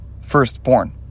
firstborn